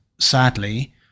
Sadly